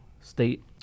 state